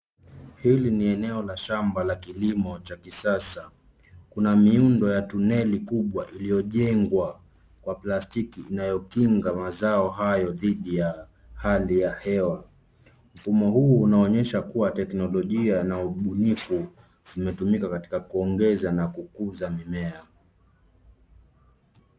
Hili ni eneo la shamba la kilimo cha kisasa. Kuna miundo ya tunnel kubwa iliyojengwa kwa plastiki inayokinga mazao hayo dhidi ya hali ya hewa. Mfumo huu unaonyesha kuwa teknolojia na ubunifu vimetumika katika kuongeza na kukuza mimea.